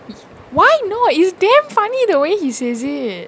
why not it's damn funny the way he says it